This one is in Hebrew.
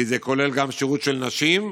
כי זה כולל שירות של נשים,